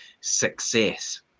success